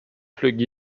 plug